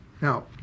Now